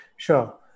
Sure